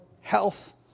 health